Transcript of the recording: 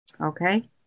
Okay